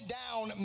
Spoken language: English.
down